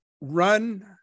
run